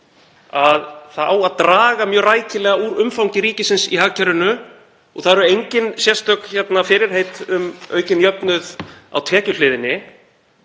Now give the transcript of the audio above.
stöfum að draga eigi rækilega úr umfangi ríkisins í hagkerfinu og það eru engin sérstök fyrirheit um aukinn jöfnuð á tekjuhliðinni,